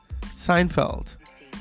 Seinfeld